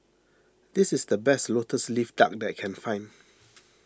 this is the best Lotus Leaf Duck that I can find